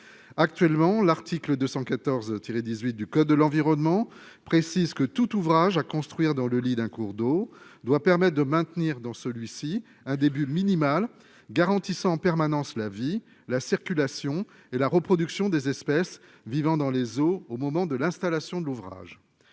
actuellement, l'article 214 tiré 18 du code de l'environnement précise que tout ouvrage à construire dans le lit d'un cours d'eau doit permet de maintenir dans celui-ci ah début minimales garantissant en permanence la vie, la circulation et la reproduction des espèces vivant dans les zoos au moment de l'installation de l'ouvrage,